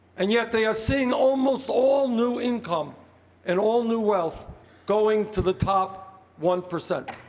and yet they are seeing almost all new income and all new wealth going to the top one percent.